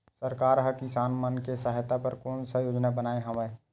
सरकार हा किसान मन के सहायता बर कोन सा योजना बनाए हवाये?